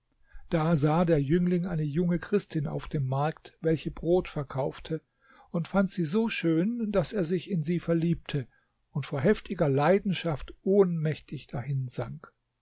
da sah der jüngling eine junge christin auf dem markt welche brot verkaufte und fand sie so schön daß er sich in sie verliebte und vor heftiger leidenschaft ohnmächtig dahinsank